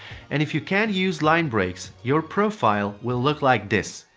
and if you can't use line breaks, your profile will look like this.